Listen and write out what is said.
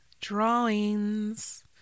drawings